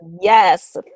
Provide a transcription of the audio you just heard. Yes